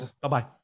Bye-bye